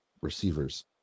receivers